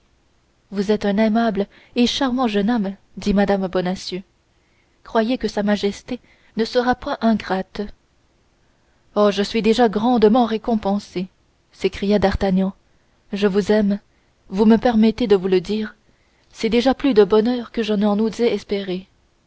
vous êtes un aimable et charmant jeune homme dit mme bonacieux croyez que sa majesté ne sera point ingrate oh je suis déjà grandement récompensé s'écria d'artagnan je vous aime vous me permettez de vous le dire c'est déjà plus de bonheur que je n'en osais espérer